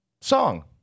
song